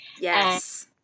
Yes